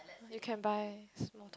you can buy small